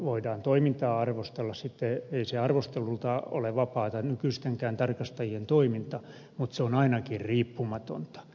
voidaan toimintaa arvostella sitten ei se arvostelulta ole vapaata nykyistenkään tarkastajien toiminta mutta se on ainakin riippumatonta